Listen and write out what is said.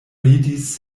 ridis